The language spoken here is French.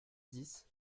dix